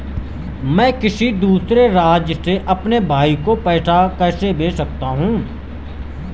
मैं किसी दूसरे राज्य से अपने भाई को पैसे कैसे भेज सकता हूं?